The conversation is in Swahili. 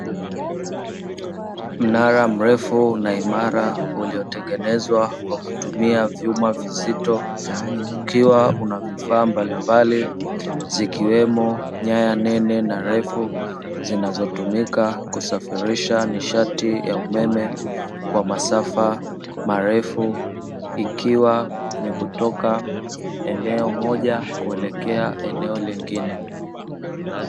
Mnara mrefu na imara uliotengenezwa kwa kutumia vyuma vizito, ukiwa una vifaa mbalimbali zikiwemo nyaya nene na refu zinazotumika kusafirisha nishati ya umeme kwa masafa marefu, ikiwa ni kutoka eneo moja kuelekea eneo lingine.